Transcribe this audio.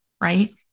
right